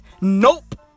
Nope